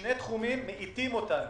שני תחומים מאיטים אותנו